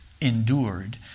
endured